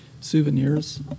Souvenirs